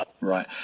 Right